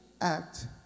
act